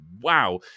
Wow